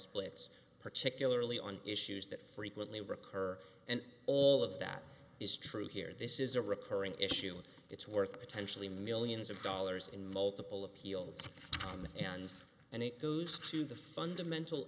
splits particularly on issues that frequently recur and all of that is true here this is a recurring issue and it's worth potentially millions of dollars in multiple appeals on and and it goes to the fundamental